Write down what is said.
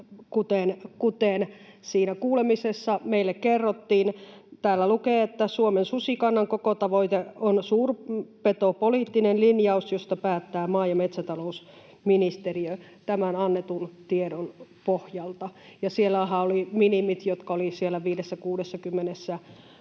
kuten siinä kuulemisessa meille kerrottiin, täällä lukee, että Suomen susikannan kokotavoite on suurpetopoliittinen linjaus, josta päättää maa- ja metsätalousministeriö tämän annetun tiedon pohjalta. Ja siellähän olivat minimit, jotka olivat 50—60